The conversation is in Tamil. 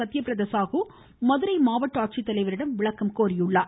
சத்தியபிரதா சாகு மதுரை மாவட்ட ஆட்சித்தலைவரிடம் விளக்கம் கேட்டுள்ளார்